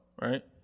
Right